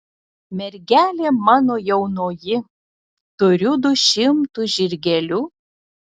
mergelė mano jaunoji turiu du šimtu žirgelių